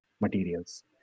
materials